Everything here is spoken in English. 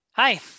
Hi